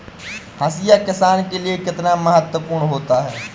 हाशिया किसान के लिए कितना महत्वपूर्ण होता है?